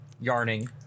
yarning